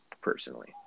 personally